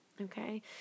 Okay